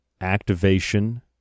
activation